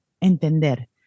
entender